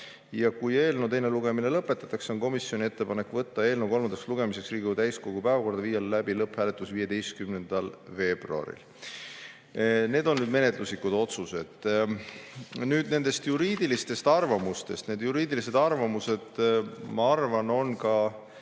Kui eelnõu teine lugemine lõpetatakse, on komisjoni ettepanek võtta eelnõu kolmandaks lugemiseks Riigikogu täiskogu päevakorda ja viia läbi lõpphääletus 15. veebruaril. Need on menetluslikud otsused. Nüüd juriidilistest arvamustest. Need juriidilised arvamused, ma arvan ja ma